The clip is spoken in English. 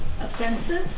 Offensive